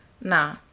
Nah